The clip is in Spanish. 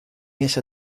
esa